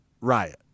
riot